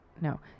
No